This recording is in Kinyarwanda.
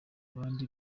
abandi